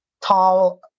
tall